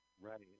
Right